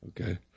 Okay